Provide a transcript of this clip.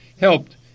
helped